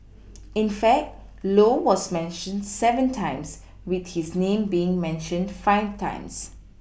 in fact low was mentioned seven times with his name being mentioned five times